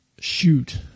Shoot